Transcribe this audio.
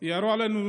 ירו עלינו